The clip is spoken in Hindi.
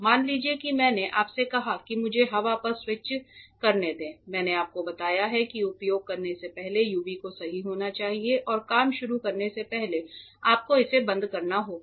मान लीजिए कि मैंने आपसे कहा है कि मुझे हवा पर स्विच करने दें मैंने आपको बताया है कि उपयोग करने से पहले यूवी को सही होना चाहिए और काम शुरू करने से पहले आपको इसे बंद करना होगा